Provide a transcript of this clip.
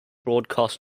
broadcast